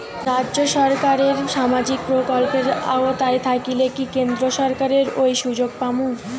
রাজ্য সরকারের সামাজিক প্রকল্পের আওতায় থাকিলে কি কেন্দ্র সরকারের ওই সুযোগ পামু?